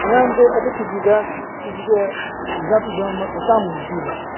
ꯑꯉꯥꯡꯕꯗꯨ ꯑꯗꯨ ꯀꯦ ꯖꯤꯗ ꯀꯦ ꯖꯤꯗ ꯍꯨꯝꯗ꯭ꯔꯥ ꯄꯤꯕ ꯑꯃ ꯆꯥꯝꯃꯨꯛ ꯄꯤꯕ꯭ꯔꯥ